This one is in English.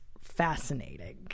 fascinating